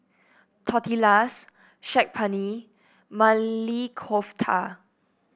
Tortillas Saag Paneer Maili Kofta